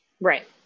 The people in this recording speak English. Right